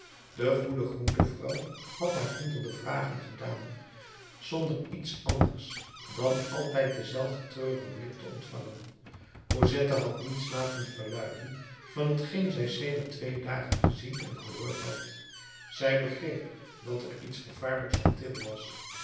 de goede groentevrouw had haar honderden vragen gedaan zonder iets anders dan altijd denzelfden treurigen blik te ontvangen cosette had niets laten verluiden van t geen zij sedert twee dagen gezien en gehoord had zij begreep dat er iets gevaarlijks op til was